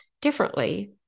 differently